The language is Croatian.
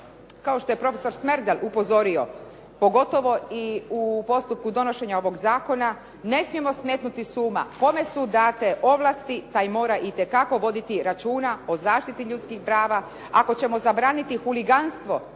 kao što je profesor Smerdel upozorio, pogotovo i u postupku donošenja ovog zakona, ne smijemo smetnuti s uma kome su date ovlasti, taj mora itekako voditi računa o zaštiti ljudskih prava. Ako ćemo zabraniti huliganstvo